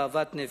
אהבת נפש.